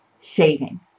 saving